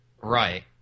Right